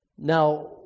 Now